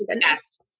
yes